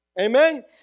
Amen